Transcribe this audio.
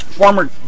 Former